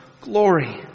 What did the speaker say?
glory